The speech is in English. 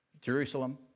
Jerusalem